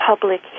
public